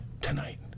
tonight